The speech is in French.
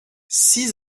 six